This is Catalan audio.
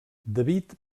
david